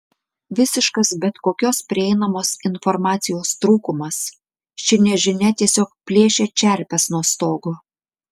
visiškas bet kokios prieinamos informacijos trūkumas ši nežinia tiesiog plėšia čerpes nuo stogo